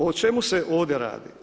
O čemu se ovdje radi?